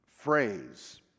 phrase